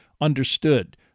understood